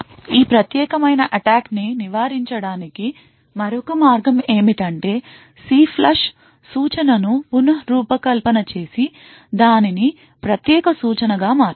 ఈ ప్రత్యేకమైన అటాక్ ని నివారించడానికి మరొక మార్గం ఏమిటంటే CLFLUSH సూచనను పున రూపకల్పన చేసి దానిని ప్రత్యేక సూచనగా మార్చడం